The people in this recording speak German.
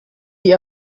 die